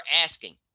asking